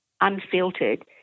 unfiltered